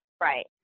Right